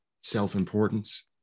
self-importance